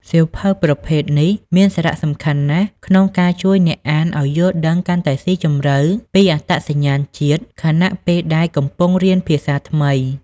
សៀវភៅប្រភេទនេះមានសារៈសំខាន់ណាស់ក្នុងការជួយអ្នកអានឲ្យយល់ដឹងកាន់តែស៊ីជម្រៅពីអត្តសញ្ញាណជាតិ ខណៈពេលដែលកំពុងរៀនភាសាថ្មី។